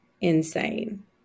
insane